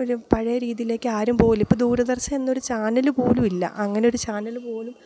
ഒരു പഴയ രീതിയിലേക്ക് ആരും പോവില്ല ഇപ്പോള് ദൂരദർശൻ എന്നൊരു ചാനല് പോലും ഇല്ല അങ്ങനൊരു ചാനല് പോലും